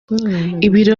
ibiro